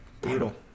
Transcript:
brutal